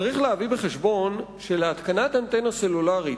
צריך להביא בחשבון שלהתקנת אנטנה סלולרית,